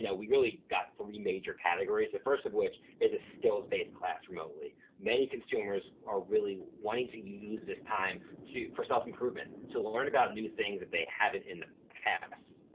yeah we really got three major categories. the first of which is a skills-based class remotely. many consumers are really wanting to use this time for self-improvement, to learn about new things that they haven't in the past.